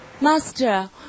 Master